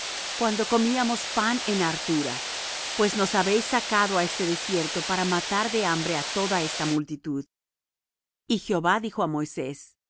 cuando comíamos pan en hartura pues nos habéis sacado á este desierto para matar de hambre á toda esta multitud y jehová dijo á moisés he